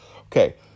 okay